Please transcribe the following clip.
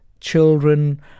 children